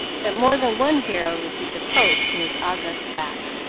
that more than one hero received a poke in his august back.